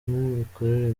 n’imikorere